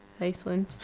Iceland